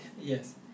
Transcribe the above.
Yes